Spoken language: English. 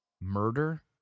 murder